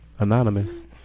Anonymous